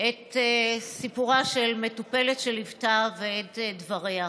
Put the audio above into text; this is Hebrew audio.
את סיפורה של מטופלת שליוותה, ואת דבריה: